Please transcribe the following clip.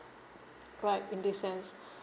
right in this sense